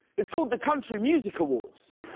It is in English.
it's called the country music awards.